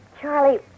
Charlie